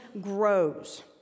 grows